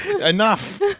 enough